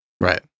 right